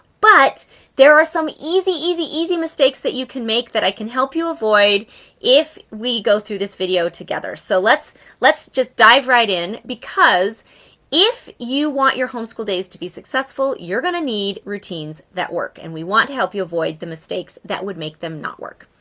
but there are some easy, easy, easy mistakes that you can make that i can help you avoid if we go through this video together. so let's let's just dive right in because if you want your homeschool days to be successful, you're going to need routines that work and we want to help you avoid the mistakes that would make them not work.